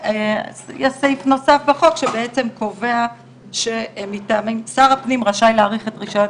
יש סעיף נוסף בחוק שבעצם קובע כי שר הפנים רשאי להאריך את רישיון